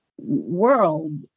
world